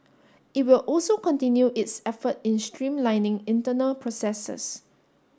it will also continue its effort in streamlining internal processes